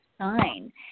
sign